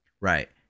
Right